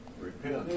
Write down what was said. Repent